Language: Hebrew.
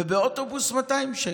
ובאוטובוס, 200 שקל.